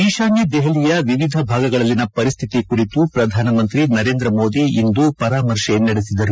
ಈಶಾನ್ಲ ದೆಹಲಿಯ ವಿವಿಧ ಭಾಗಗಳಲ್ಲಿನ ಪರಿಸ್ತಿತಿ ಕುರಿತು ಪ್ರಧಾನಮಂತ್ರಿ ನರೇಂದ್ರ ಮೋದಿ ಇಂದು ಪರಾಮರ್ಶೆ ನಡೆಸಿದರು